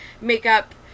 makeup